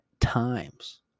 times